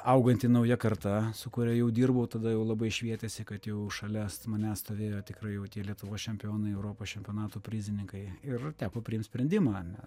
auganti nauja karta su kuria jau dirbau tada jau labai švietėsi kad jau šalia manęs stovėjo tikrai jau tie lietuvos čempionai europos čempionato prizininkai ir teko priimt sprendimą ar ne